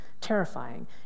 terrifying